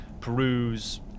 peruse